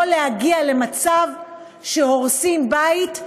לא להגיע למצב שהורסים בית,